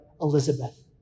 Elizabeth